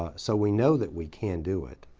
so we know that we can do it.